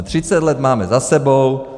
Třicet let máme za sebou.